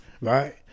Right